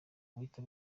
guhita